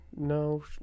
No